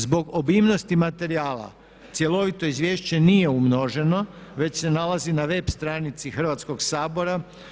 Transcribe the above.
Zbog obimnosti materijala cjelovito izvješće nije umnoženo već se nalazi na web stranici Hrvatskog sabora.